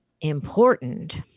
important